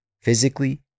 physically